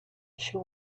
she